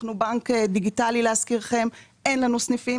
אנחנו בנק דיגיטלי ואין לנו סניפים.